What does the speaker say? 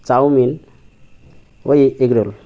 chowmein ওই egg roll